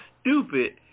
stupid